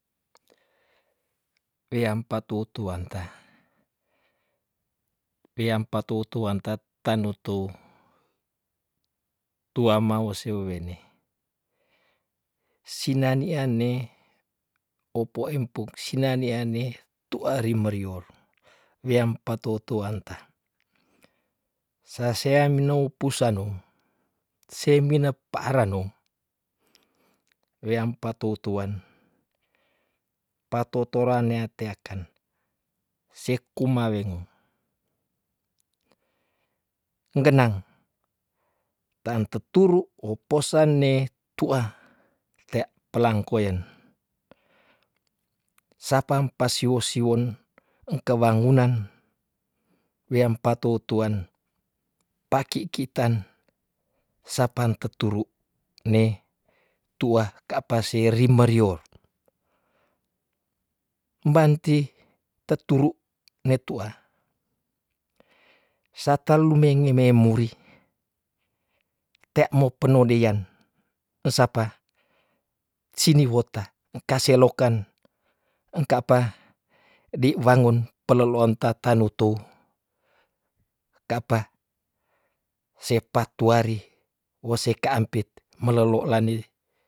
Weam patou tuanta- weam patou tuanta tanu tou, tuama wase wewene, sinani an ne opo empuk sinani ane tuari merior weam patou tuanta, sasea minou pusano se mine pa ara nom weam patou tuan, patou tora nea teaken seku mawengo, ngenang taan teturu oposan ne tua tea pelang koyen, sapam pasiwo- siwon engke wangunan weam patou tuan, paki kitan, sapan teturu neh tua ka pa seri merior, banti teturu netua sata lumenge memuri tea mo penolian sapa sini wota engka selokan engkapa diwangun pelelonta tanutou ka pa, sepa tuari wo se ka ampit melelo lane.